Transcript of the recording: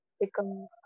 become